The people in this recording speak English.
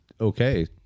okay